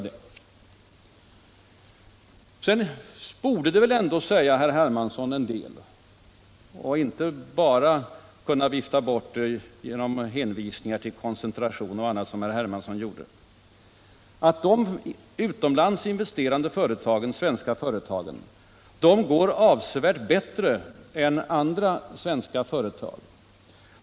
Det borde väl ändå säga herr Hermansson en del — han viftade bara bort det med hänvisningar till företagskoncentrationer och annat — att de utomlands investerande svenska företagen går avsevärt bättre än andra svenska företag.